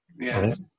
yes